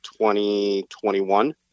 2021